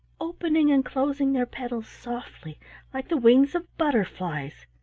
opening and closing their petals softly like the wings of butterflies,